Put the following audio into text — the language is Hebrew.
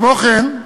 כמו כן,